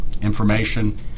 Information